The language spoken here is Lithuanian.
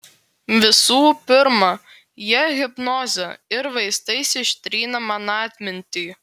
visų pirma jie hipnoze ir vaistais ištrynė man atmintį